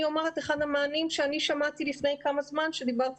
אני אומר את אחד המענים שאני שמעתי לפני כמה זמן כשהתייעצתי